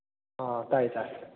ꯑꯥ ꯇꯥꯏꯌꯦ ꯇꯥꯏꯌꯦ